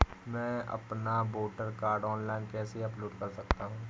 मैं अपना voter card online कैसे अपलोड कर सकता हूँ?